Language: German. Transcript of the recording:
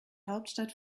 hauptstadt